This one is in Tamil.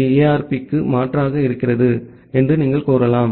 இல் ஏஆர்பிக்கு மாற்றாக இருக்கிறது என்று நீங்கள் கூறலாம்